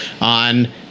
on